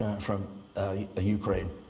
from ukraine.